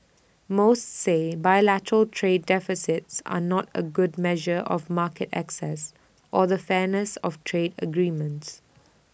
most say bilateral trade deficits are not A good measure of market access or the fairness of trade agreements